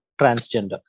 transgender